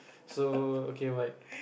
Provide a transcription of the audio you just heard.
so okay what